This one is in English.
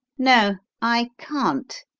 no, i can't,